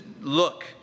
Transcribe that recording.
look